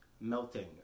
melting